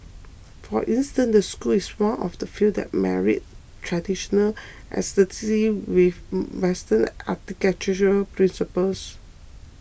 for instance the school is one of the few that married traditional aesthetics with Western architectural principles